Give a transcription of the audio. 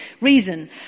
reason